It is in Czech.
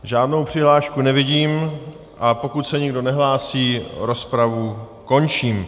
Žádnou přihlášku nevidím, a pokud se nikdo nehlásí, rozpravu končím.